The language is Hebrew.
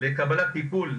לקבלת טיפול.